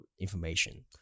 information